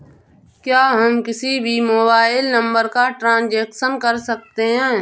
क्या हम किसी भी मोबाइल नंबर का ट्रांजेक्शन कर सकते हैं?